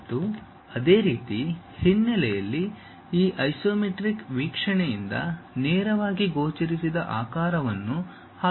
ಮತ್ತು ಅದೇ ರೀತಿ ಹಿನ್ನೆಲೆಯಲ್ಲಿ ಈ ಐಸೊಮೆಟ್ರಿಕ್ ವೀಕ್ಷಣೆಯಿಂದ ನೇರವಾಗಿ ಗೋಚರಿಸದ ಆಕಾರವನ್ನು ಹಾದುಹೋಗಬಹುದು